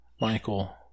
michael